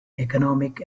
economic